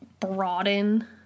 broaden